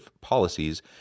policies